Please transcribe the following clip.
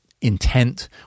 intent